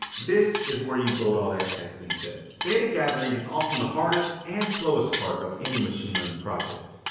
this is where you'd load all that text instead. data gathering is often the hardest and slowest part of any machine learning project,